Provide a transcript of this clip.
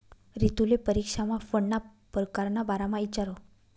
रितुले परीक्षामा फंडना परकार ना बारामा इचारं